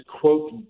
quote